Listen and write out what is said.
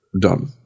Done